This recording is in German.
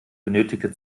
benötigte